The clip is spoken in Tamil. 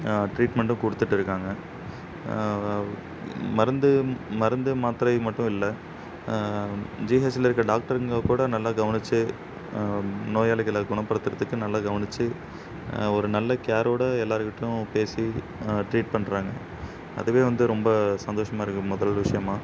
ட்ரீட்மெண்டும் கொடுத்துட்டு இருக்காங்க மருந்து மருந்து மாத்திரை மட்டும் இல்லை ஜிஹெச்சில் இருக்கற டாக்டருங்கள் கூட நல்லா கவனித்து நோயாளிகளை குணப்படுத்துகிறத்துக்கு நல்லா கவனித்து ஒரு நல்ல கேரோடு எல்லாேருக்கிட்டயும் பேசி ட்ரீட் பண்ணுறாங்க அதுவே வந்து ரொம்ப சந்தோஷமாக இருக்குது முதல் விஷயமா